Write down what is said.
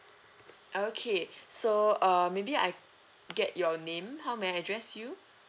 okay so uh maybe I get your name how may I address you